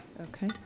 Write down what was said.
Okay